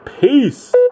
Peace